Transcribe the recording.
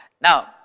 Now